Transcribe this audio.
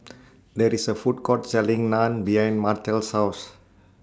There IS A Food Court Selling Naan behind Martell's House